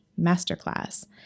masterclass